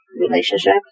relationship